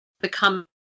become